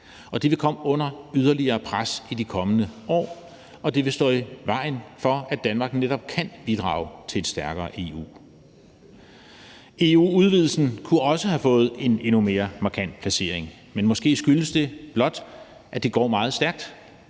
det vil komme under yderligere pres i de kommende år, og det vil stå i vejen for, at Danmark netop kan bidrage til et stærkere EU. EU-udvidelsen kunne også have fået en endnu mere markant placering, men måske skyldes det blot, at det går meget stærkt.